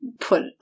put